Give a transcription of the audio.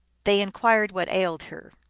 they inquired what ailed her.